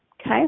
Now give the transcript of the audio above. Okay